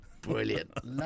Brilliant